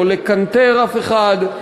לא לקנטר אף אחד,